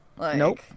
Nope